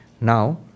Now